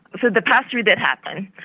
so the pass-through that happened,